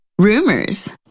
rumors